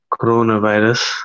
coronavirus